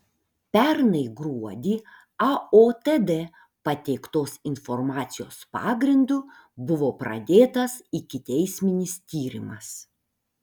pernai gruodį aotd pateiktos informacijos pagrindu buvo pradėtas ikiteisminis tyrimas